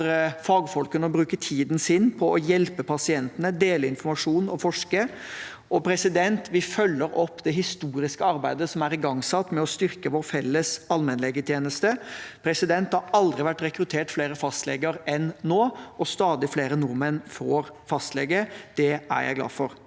for fagfolkene å bruke tiden sin på å hjelpe pasientene, dele informasjon og forske. Vi følger opp det historiske arbeidet som er igangsatt med å styrke vår felles allmennlegetjeneste. Det har aldri vært rekruttert flere fastleger enn nå, og stadig flere nordmenn får fastlege. Det er jeg glad for.